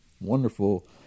wonderful